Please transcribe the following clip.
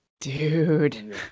dude